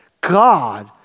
God